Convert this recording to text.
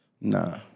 Nah